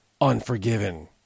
Unforgiven